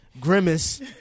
Grimace